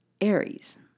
Aries